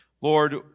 Lord